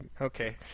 okay